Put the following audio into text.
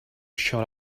shut